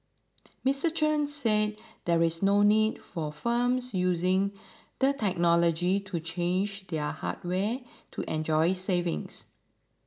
Mr Chen said there is no need for firms using the technology to change their hardware to enjoy savings